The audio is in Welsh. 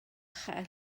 chael